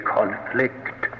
conflict